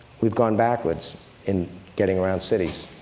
we've gone backwards in getting around cities.